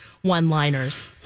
one-liners